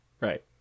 Right